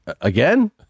again